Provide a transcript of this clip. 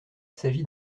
s’agit